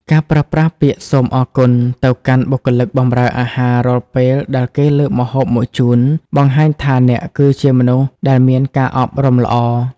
ការប្រើប្រាស់ពាក្យ "សូមអរគុណ" ទៅកាន់បុគ្គលិកបម្រើអាហាររាល់ពេលដែលគេលើកម្ហូបមកជូន បង្ហាញថាអ្នកគឺជាមនុស្សដែលមានការអប់រំល្អ។